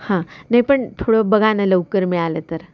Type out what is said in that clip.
हां नाही पण थोडं बघा ना लवकर मिळालं तर